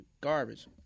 garbage